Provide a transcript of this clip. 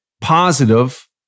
positive